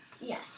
Yes